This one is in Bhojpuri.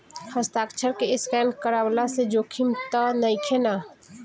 हस्ताक्षर के स्केन करवला से जोखिम त नइखे न?